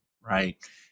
Right